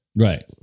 Right